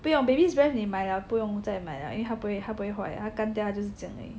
不用 baby's breath 你买了不用再买了因为它不会它不会坏它干掉就是这样而已